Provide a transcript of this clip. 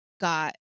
got